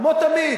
כמו תמיד,